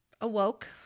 awoke